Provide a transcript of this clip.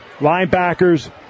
Linebackers